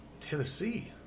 Tennessee –